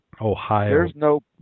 Ohio